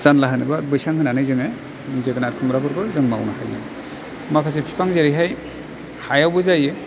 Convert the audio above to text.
जानला होनो बा बैसां होनानै जोङो जोगोनार खुमब्राफोरखौ जोङो मावनो हायो माखासे बिफां जेरैहाय हायावबो जायो